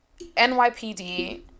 NYPD